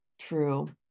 true